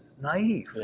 naive